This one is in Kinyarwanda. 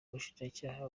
ubushinjacyaha